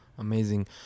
Amazing